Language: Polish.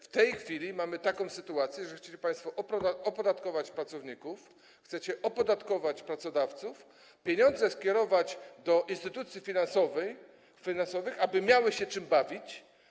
W tej chwili mamy taką sytuację, że chcecie państwo opodatkować pracowników, chcecie opodatkować pracodawców, pieniądze skierować do instytucji finansowych, by miały się czym bawić.